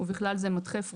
ובכלל זה מדחף,